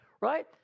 right